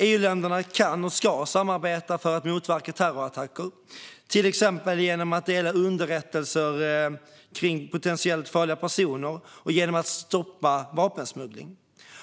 EU-länderna kan och ska samarbeta för att motverka terrorattacker, till exempel genom att dela underrättelser om potentiellt farliga personer och genom att stoppa vapensmuggling.